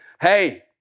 Hey